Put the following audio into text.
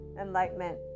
enlightenment